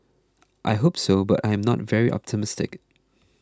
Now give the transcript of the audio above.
I hope so but I am not very optimistic